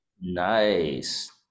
Nice